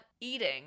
eating